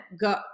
go